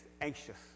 anxious